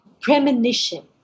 premonition